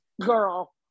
Girl